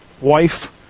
wife